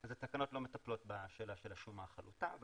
אז התקנות לא מטפלות בשאלה של השומה החלוטה.